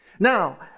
Now